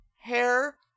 hair